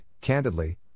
candidly